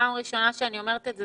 פעם ראשונה שאני אומרת את זה,